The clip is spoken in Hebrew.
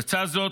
לצד זאת,